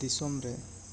ᱫᱤᱥᱚᱢ ᱨᱮ